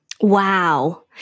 Wow